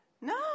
No